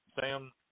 Sam